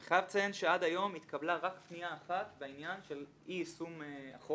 אני חייב לציין שעד היום התקבלה רק פנייה אחת בעניין של אי יישום החוק,